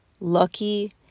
lucky